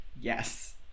Yes